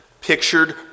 pictured